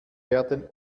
werden